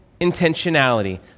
intentionality